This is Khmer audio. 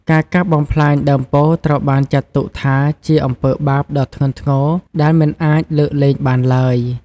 ការកាប់បំផ្លាញដើមពោធិ៍ត្រូវបានចាត់ទុកថាជាអំពើបាបដ៏ធ្ងន់ធ្ងរដែលមិនអាចលើកលែងបានឡើយ។